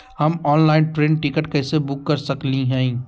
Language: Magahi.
हम ऑनलाइन ट्रेन टिकट कैसे बुक कर सकली हई?